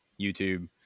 YouTube